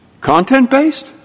Content-based